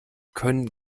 können